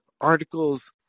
articles